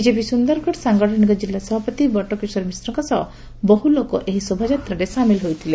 BJP Sundargarh ସାଂଗଠନିକ କିଲ୍ଲା ସଭାପତି ବଟ କିଶୋର ମିଶ୍ରଙ୍କ ସହ ବହୁ ଲୋକ ଏହି ଶୋଭଯାତ୍ରାରେ ସାମିଲ ହୋଇଥିଲେ